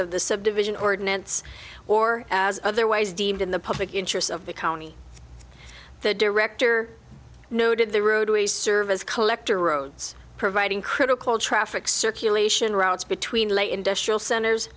of the subdivision ordinance or otherwise deemed in the public interest of the county the director noted the roadways serve as collector roads providing critical traffic circulation routes between lay industrial centers